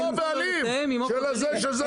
אבל הוא הבעלים של זה ושל זה ושל זה.